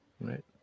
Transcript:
right